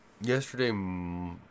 Yesterday